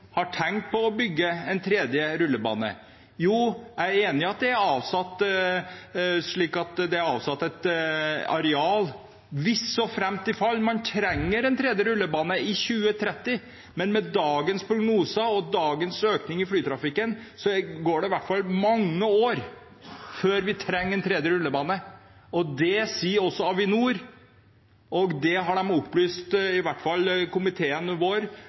har tenkt på å bygge en tredje rullebane. Jo, jeg er enig i at det er avsatt et areal hvis, såfremt, i fall man trenger en tredje rullebane i 2030, men med dagens prognoser og dagens økning i flytrafikken, går det i hvert fall mange år før vi trenger en tredje rullebane. Det sier også Avinor, og de har opplyst i hvert fall komiteen vår